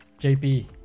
JP